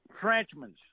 Frenchmen